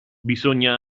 bisogna